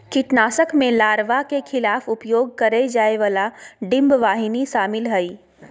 कीटनाशक में लार्वा के खिलाफ उपयोग करेय जाय वाला डिंबवाहिनी शामिल हइ